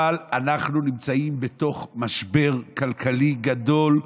אבל אנחנו נמצאים בתוך משבר כלכלי גדול,